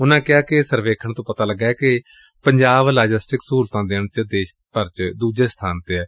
ਉਨੂਾ ਕਿਹਾ ਕਿ ਸਰਵੇਖਣ ਤੋ ਪਤਾ ਲੱਗੈ ਕਿ ਪੰਜਾਬ ਲਾਜੈਸਟਿਕ ਸਹੂਲਤਾ ਦੇਣ ਚ ਦੇਸ਼ ਭਰ ਚ ਦੂਜੇ ਸਬਾਨ ਤੇ ਐ